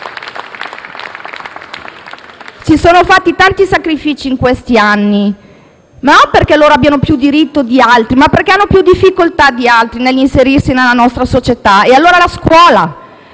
Si sono fatti tanti sacrifici in questi anni, e non perché abbiano più diritto di altri, ma perché hanno più difficoltà di altri nell'inserirsi nella nostra società. Parliamo della scuola,